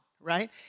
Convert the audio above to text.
right